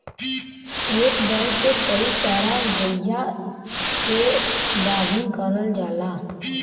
एक बैल से कई सारा गइया के गाभिन करल जाला